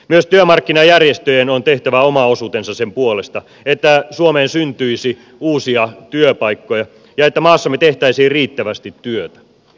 myös työmarkkinajärjestöjen on tehtävä oma osuutensa sen puolesta että suomeen syntyisi uusia työpaikkoja ja että maassamme tehtäisiin riittävästi työtä